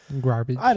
Garbage